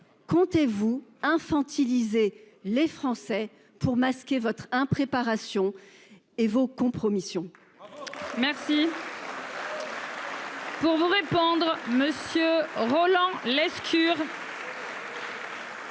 comptez vous infantiliser les Français pour masquer votre impréparation et vos compromissions. Merci. Pour vous répondre, monsieur Roland Lescure.